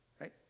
right